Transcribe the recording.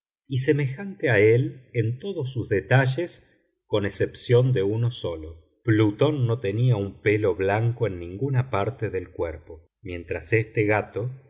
y semejante a él en todos sus detalles con excepción de uno solo plutón no tenía un pelo blanco en ninguna parte del cuerpo mientras este gato